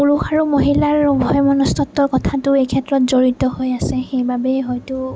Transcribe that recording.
পুৰুষ আৰু মহিলাৰ উভয় মনস্তত্বৰ কথাটো এই ক্ষেত্ৰত জড়িত হৈ আছে সেইবাবেই হয়তো